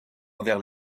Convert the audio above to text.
envers